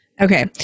Okay